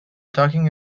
talking